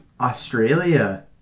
Australia